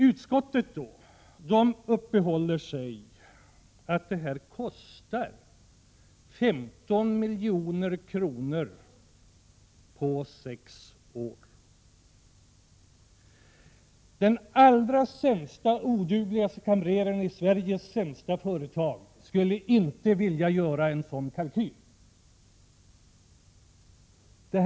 Utskottet uppehåller sig vid att förslaget kostar 15 milj.kr. på sex år. Den odugligaste kamrer i Sveriges sämsta företag skulle inte vilja göra en sådan kalkyl.